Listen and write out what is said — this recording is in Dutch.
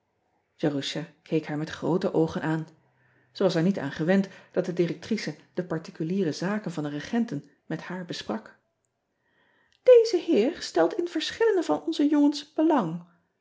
erusha keek haar met groote oogen aan ij was er niet aan gewend dat de directrice de particuliere zaken van de regenten met haar besprak eze heer stelt in verschillende van onze jongens belang